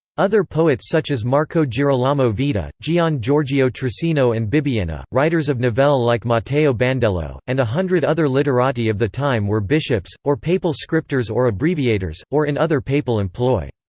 other poets such as marco girolamo vida, gian giorgio trissino and bibbiena, writers of novelle like matteo bandello, and a hundred other literati of the time were bishops, or papal scriptors or abbreviators, or in other papal employ.